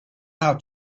how